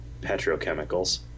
petrochemicals